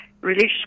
religious